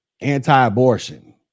anti-abortion